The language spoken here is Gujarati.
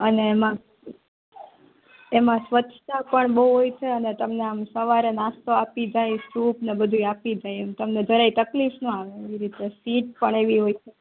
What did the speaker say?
અને એમાં એમાં સ્વચ્છતા પણ બોઉ હોય છે અને તમને આમ સવારે નાસ્તો આપી જાય સૂપ ને બધું આપી જાય એમ તમને જરાઈ તકલીફ નો આવે એવી રીતે સીટ પણ એવી હોય છે